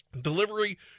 Delivery